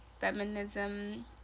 feminism